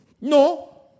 No